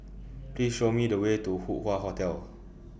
Please Show Me The Way to Hup Hoe Hotel